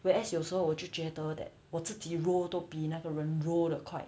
whereas 有时候我就觉得 that 我自己 row 都比那个人 row 的快